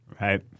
Right